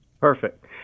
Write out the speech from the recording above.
Perfect